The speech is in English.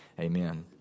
Amen